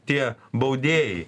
tie baudėjai